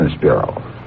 Bureau